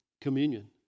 communion